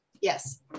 Yes